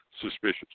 suspicious